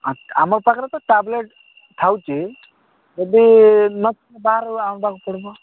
ଆଚ୍ଛା ଆମ ପାଖରେ ତ ଟାବ୍ଲେଟ୍ ରହୁଛି ଯଦି ନ ଥିବ ବାହାରୁ ଆଣିବାକୁ ପଡ଼ିବ